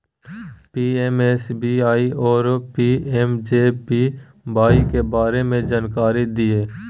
PMSBY आरो PMJJBY के बारे मे जानकारी दिय?